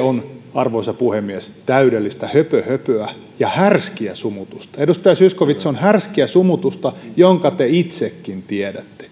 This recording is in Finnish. on arvoisa puhemies täydellistä höpöhöpöä ja härskiä sumutusta edustaja zyskowicz se on härskiä sumutusta minkä te itsekin tiedätte